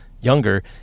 younger